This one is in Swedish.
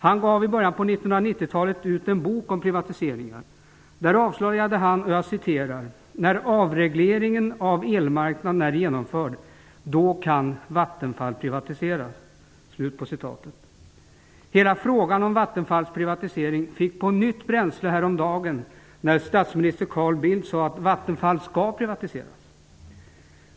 Han gav ut en bok i början av 1990-talet om privatiseringar. Där avslöjade han att när avregleringen av elmarknaden är genomförd kan Vattenfall privatiseras. Hela frågan om Vattenfalls privatisering fick nytt bränsle häromdagen när statsminister Carl Bildt sade att Vattenfall skall privatiseras.